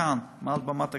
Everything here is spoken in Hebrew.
כאן מעל במת הכנסת,